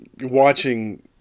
watching